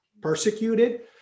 Persecuted